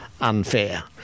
unfair